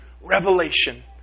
revelation